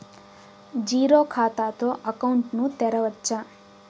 Zero ఖాతా తో account ను తెరవచ్చా?